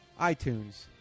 iTunes